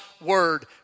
word